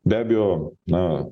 be abejo na